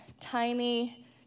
tiny